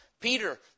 Peter